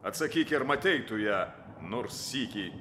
atsakyk ir matei tu ją nors sykį